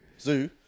zoo